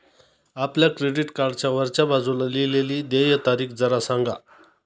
आपल्या क्रेडिट कार्डच्या वरच्या बाजूला लिहिलेली देय तारीख जरा सांगा